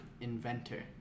Inventor